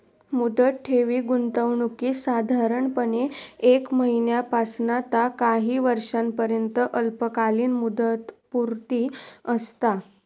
मुदत ठेवी गुंतवणुकीत साधारणपणे एक महिन्यापासना ता काही वर्षांपर्यंत अल्पकालीन मुदतपूर्ती असता